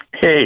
Hey